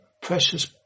precious